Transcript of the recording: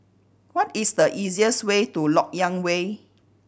what is the easiest way to Lok Yang Way